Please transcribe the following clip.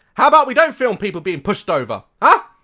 how about we dont film people being pushed over, huh?